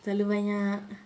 terlalu banyak